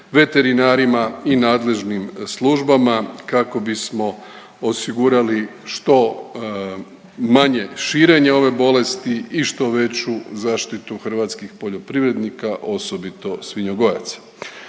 veterinarima i nadležnim službama kako bismo osigurali što manje širenje ove bolesti i što veću zaštitu hrvatskih poljoprivrednika osobito svinjogojaca.